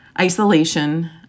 isolation